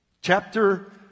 Chapter